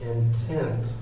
intent